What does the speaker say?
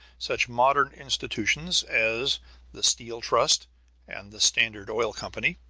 such modern institutions as the steel trust and the standard oil company.